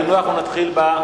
אם לא, אנחנו נתחיל במציעים.